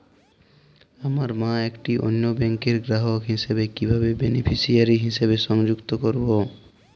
আমার মা একটি অন্য ব্যাংকের গ্রাহক হিসেবে কীভাবে বেনিফিসিয়ারি হিসেবে সংযুক্ত করব?